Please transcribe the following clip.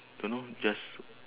don't know just